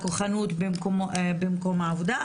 הכוחנות במקום העבודה.